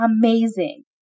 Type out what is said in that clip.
amazing